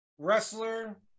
wrestler